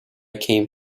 came